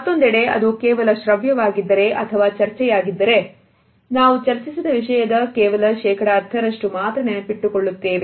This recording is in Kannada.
ಮತ್ತೊಂದೆಡೆ ಅದು ಕೇವಲ ಶ್ರವ್ಯ ವಾಗಿದ್ದರೆ ಅಥವಾ ಚರ್ಚೆ ಯಾಗಿದ್ದರೆ ನಾವು ಚರ್ಚಿಸಿದ ವಿಷಯದ ಕೇವಲ ಶೇಕಡ 10ರಷ್ಟು ಮಾತ್ರ ನೆನಪಿಟ್ಟುಕೊಳ್ಳುತ್ತೇವೆ